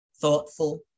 thoughtful